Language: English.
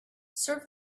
serve